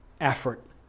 Effort